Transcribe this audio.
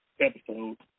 episode